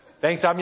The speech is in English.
Thanks